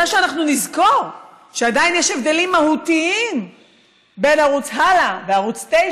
שאנחנו נזכור שעדיין יש הבדלים מהותיים בין ערוץ הלא וערוץ 9,